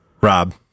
Rob